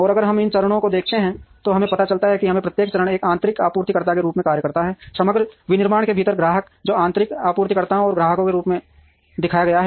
और अगर हम इन चरणों को देखते हैं तो हमें पता चलता है कि प्रत्येक चरण एक आंतरिक आपूर्तिकर्ता के रूप में कार्य करता है समग्र विनिर्माण के भीतर ग्राहक जो आंतरिक आपूर्तिकर्ताओं और ग्राहकों के रूप में दिखाया गया है